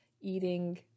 eating